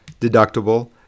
deductible